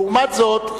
לעומת זאת,